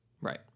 Right